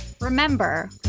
Remember